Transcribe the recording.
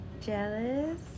Jealous